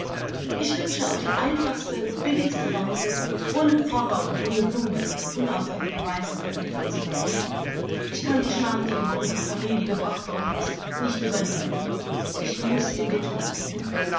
ich wünsche auf die einfachste billigste weise ohne pfarrer und ohne blumen in unauffälliger weise beerdigt zu werden ich kann die schmach die über unsere familie gebracht worden ist nicht überleben ich muß in den tod gehen